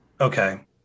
Okay